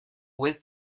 ouest